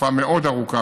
תקופה מאוד ארוכה,